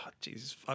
jesus